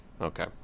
Okay